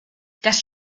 das